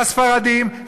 הספרדים,